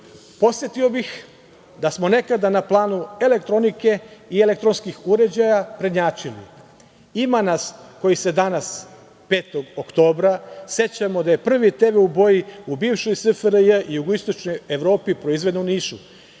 bih da smo nekada na planu elektronike i elektronskih uređaja prednjačili. Ima nas koji se danas 5. oktobra sećamo da je prvi tv u boji u bivšoj SFRJ u jugoistočnoj Evropi proizvedeno u Nišu.